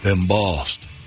embossed